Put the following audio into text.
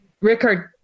Rickard